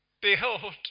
Behold